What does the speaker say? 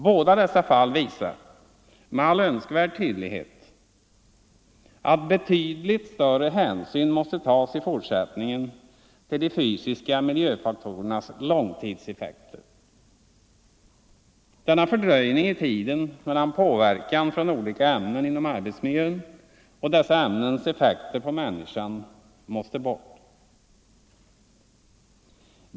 Båda dessa fall visar med all önskvärd tydlighet att betydligt större hänsyn i fortsättningen måste tas till de fysiska miljöfaktorernas långtidseffekter. Denna fördröjning i tiden mellan påverkan från olika ämnen inom arbetsmiljön och dessa ämnens effekter på människan måste bort.